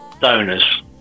donors